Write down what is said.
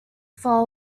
for